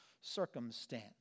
circumstance